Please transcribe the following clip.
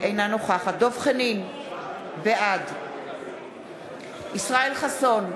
אינה נוכחת דב חנין, בעד ישראל חסון,